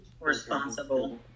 Responsible